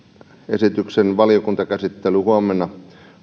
esityksen valiokuntakäsittely huomenna